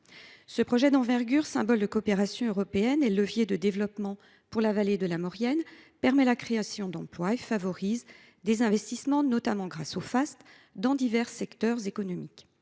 Ce projet d’envergure, symbole de coopération européenne et levier de développement pour la vallée de la Maurienne, permet la création d’emplois et favorise des investissements, notamment grâce au fonds d’accélération des